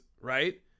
right